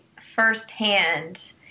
firsthand